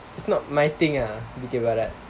it's not my thing ah dikir barat